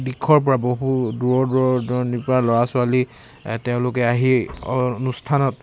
দিশৰ পৰা বহুত দূৰৰ দূৰৰ দূৰণিৰ পৰা ল'ৰা ছোৱালী তেওঁলোকে আহি অনুষ্ঠানত